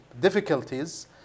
difficulties